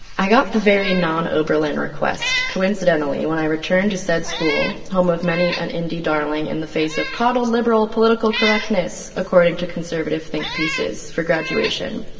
i got the very non-oberlin request, coincidentally, when i returned to said school, home of many an indie darling, in the face of coddled, liberal political correctness, according to conservative think pieces, for graduation.